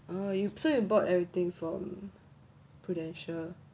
oh you so you bought everything from prudential